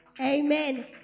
Amen